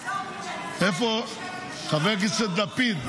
--- חבר הכנסת לפיד,